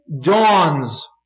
dawns